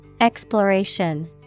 Exploration